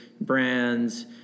brands